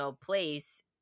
place